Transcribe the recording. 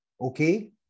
Okay